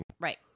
Right